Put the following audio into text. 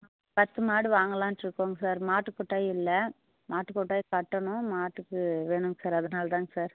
பத்து மாடு வாங்கலான்று இருக்கோங்க சார் மாட்டு கொட்டையும் இல்லை மாட்டு கொட்டாய் கட்டணும் மாட்டுக்கு வேணுங்க சார் அதனால தாங்க சார்